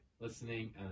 listening